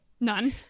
None